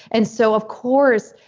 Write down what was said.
and so of course,